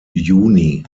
juni